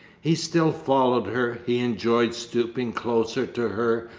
he still followed her. he enjoyed stooping closer to her.